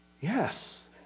yes